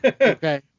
Okay